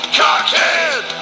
cockhead